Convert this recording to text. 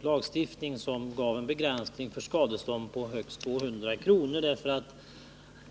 lagstiftning, som begränsade skadeståndet till högst 200 kr.